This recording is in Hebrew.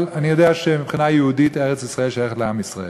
אבל אני יודע שמבחינה יהודית ארץ-ישראל שייכת לעם ישראל.